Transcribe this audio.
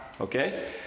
okay